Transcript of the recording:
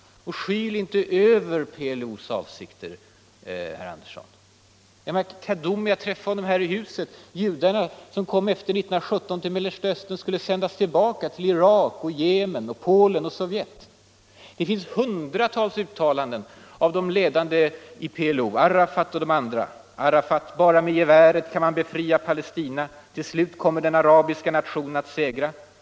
Skyl då inte över PLO:s avsikter, herr Andersson! Kaddoumi har jag träffat här i huset. De judar som kom till Mellersta Östern efter 1917 skulle sändas tillbaka till Irak, Jemen, Polen och Sovjet, sade han. Det finns hundratals uttalanden av de ledande i PLO, Arafat och de andra. Arafat säger t.ex.: ”Bara med geväret kan man befria Palestina —--— Till slut kommer den arabiska nationen att segra.